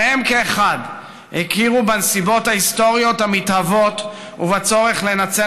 שניהם כאחד הכירו בנסיבות ההיסטוריות המתהוות ובצורך לנצל